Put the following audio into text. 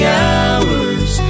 hours